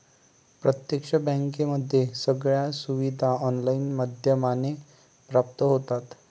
प्रत्यक्ष बँकेमध्ये सगळ्या सुविधा ऑनलाईन माध्यमाने प्राप्त होतात